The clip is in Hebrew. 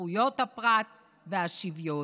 זכויות הפרט והשוויון.